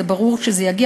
זה ברור שזה יגיע,